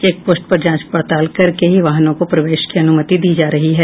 check post पर जांच पड़ताल कर ही वाहनों को प्रवेश की अनुमति दी जा रही है